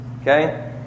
Okay